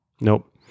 nope